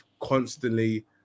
constantly